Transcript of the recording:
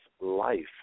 life